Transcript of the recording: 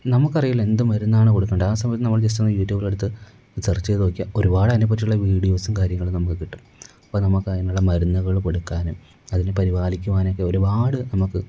നമുക്ക് അറിയില്ല എന്ത് മരുന്നാണ് കൊടുക്കേണ്ടത് ആ സമയത്ത് നമ്മൾ ജസ്റ്റ് ഒന്ന് യൂറ്റൂബ് എടുത്ത് സെർച്ച് ചെയ്ത് നോക്കിയാൽ ഒരുപാട് അതിനെ പറ്റിയുള്ള വീഡിയോസും കാര്യങ്ങളും നമുക്ക് കിട്ടും അപ്പോൾ നമുക്ക് അതിനുള്ള മരുന്നുകൾ കൊടുക്കാൻ അതിന് പരിപാലിക്കുവാനൊക്കെ ഒരുപാട് നമുക്ക്